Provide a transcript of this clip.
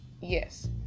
yes